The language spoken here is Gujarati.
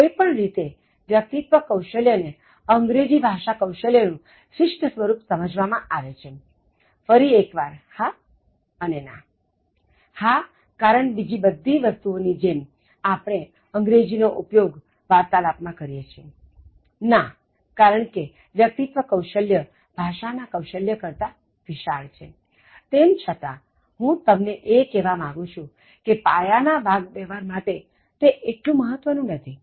કૌઇ પણ રીતે વ્યક્તિત્વ કૌશલ્ય ને અંગ્રેજી ભાષા કૌશલ્ય નું શિસ્ટ સ્વરૂપ સમજવા મા આવે છે ફરી એક વાર હા અને ના હા કારણ બીજી બધી આ વસ્તુઓ ની જેમ આપણે અંગ્રેજી નો ઉપયોગ વાર્તાલાપ માં કરીએ છીએ ના કારણ કે વ્યક્તિત્વ કૌશલ્ય ભાષા કૌશલ્ય કરતા વિશાળ છે તેમ છતાં હું તમને એ કહેવા માગું છું કે પાયા ના વાગ્વ્યવહાર માટે તે એટલું મહત્વ નું નથી